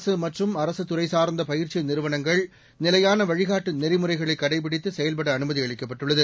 அரசு மற்றும் அரசுதுறை சார்ந்த பயிற்சி நிறுவனங்கள் நிலையான வழிகாட்டு நெறிமுறைகளை கடைபிடித்து செயல்பட அனுமதி அளிக்கப்பட்டுள்ளது